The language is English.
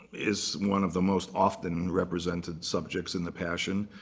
is one of the most often represented subjects in the passion.